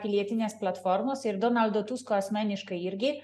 pilietinės platformos ir donaldo tusko asmeniškai irgi